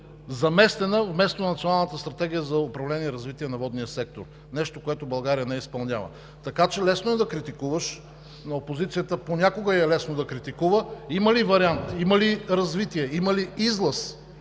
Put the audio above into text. заместена Националната стратегия за управление и развитие на водния сектор – нещо, което България не изпълнява. Така че лесно е да критикуват, на опозицията понякога ѝ е лесно да критикува. Има ли вариант, има ли развитие, има ли излаз?